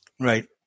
right